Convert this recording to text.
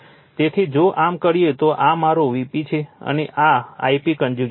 તેથી જો આમ કરીએ તો આ મારો Vp છે અને આ Ip કન્જ્યુગેટ છે